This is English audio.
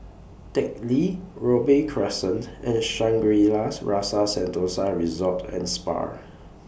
Teck Lee Robey Crescent and Shangri La's Rasa Sentosa Resort and Spa